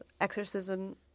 exorcism